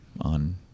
on